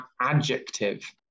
adjective